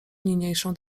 niniejszą